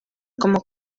como